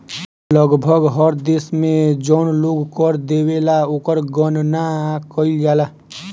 लगभग हर देश में जौन लोग कर देवेला ओकर गणना कईल जाला